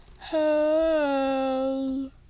Hey